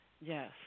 Yes